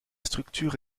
structure